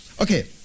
Okay